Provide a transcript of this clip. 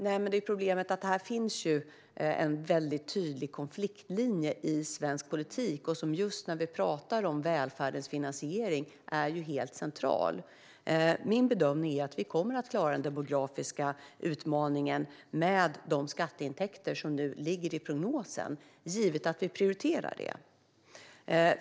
Nej, men problemet är att här finns en väldigt tydlig konfliktlinje i svensk politik som just när det gäller välfärdens finansiering är helt central. Min bedömning är att vi kommer att klara den demografiska utmaningen med de skatteintäkter som nu ligger i prognosen, givet att vi prioriterar den.